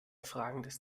fragendes